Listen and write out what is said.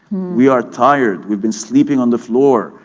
we are tired, we've been sleeping on the floor.